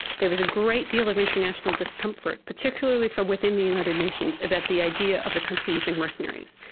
there was a great deal of international discomfort, particularly from within the united nations, about the idea of a country using mercenaries.